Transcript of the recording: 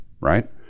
right